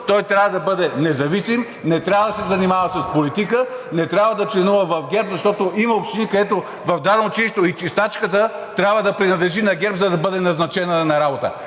той трябва да бъде независим – не трябва да се занимава с политика, не трябва да членува в ГЕРБ, защото има общини, където в дадено училище и чистачката трябва да принадлежи на ГЕРБ, за да бъде назначена на работа.